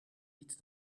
niet